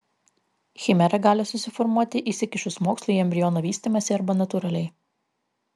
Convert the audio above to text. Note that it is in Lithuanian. chimera gali susiformuoti įsikišus mokslui į embriono vystymąsi arba natūraliai